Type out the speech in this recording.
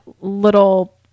little